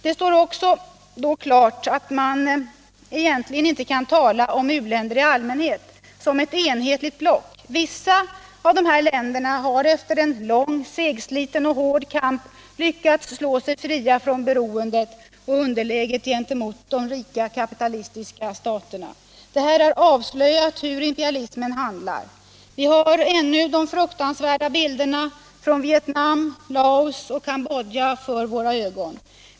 Det står då också klart, att man inte egentligen kan tala om u-länder i allmänhet som ett enhetligt block. Vissa av dessa länder har efter lång, segsliten och hård kamp lyckats slå sig fria från beroendet och underläget gentemot de rika kapitalistiska staterna. Detta har avslöjat hur imperialismen handlar. Vi har ännu de fruktansvärda bilderna från Vietnam, Laos och Cambodja för våra ögon.